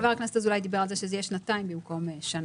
חבר הכנסת אזולאי דיבר על זה שזה יהיה שנתיים במקום שנה,